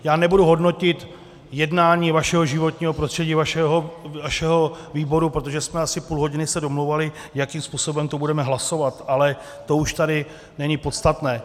Já nebudu hodnotit jednání vašeho životního prostředí, vašeho výboru, protože jsme se asi půlhodiny domlouvali, jakým způsobem to budeme hlasovat, ale to už tady není podstatné.